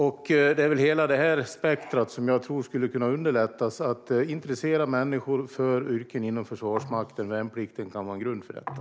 Jag tror att hela detta spektrum kan underlätta att få människor intresserade av yrken inom Försvarsmakten, och värnplikten kan vara en grund för detta.